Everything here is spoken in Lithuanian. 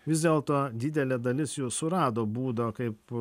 vis dėlto didelė dalis jų surado būdą kaip